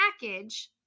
package